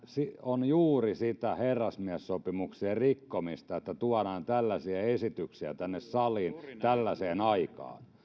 on juuri sitä herrasmiessopimuksien rikkomista että tuodaan tällaisia esityksiä tänne saliin tällaiseen aikaan tämä